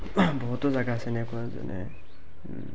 বহুতো জেগা আছে এনেকুৱা যেনে